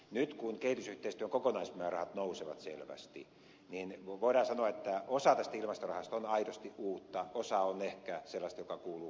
nyt kun kehitysyhteistyön kokonaismäärärahat nousevat selvästi voidaan sanoa että osa tästä ilmastorahasta on aidosti uutta osa on ehkä sellaista joka kuuluu kehitysapuun